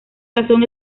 razón